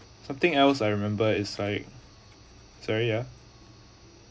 something else I remember is like sorry ya